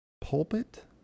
pulpit